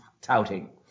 touting